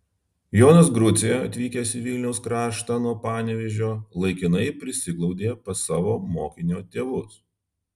jonas grucė atvykęs į vilniaus kraštą nuo panevėžio laikinai prisiglaudė pas savo mokinio tėvus